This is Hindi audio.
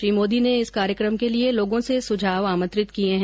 श्री मोदी ने इस कार्यक्रम के लिए लोगों से सुझाव आमंत्रित किये हैं